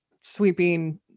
sweeping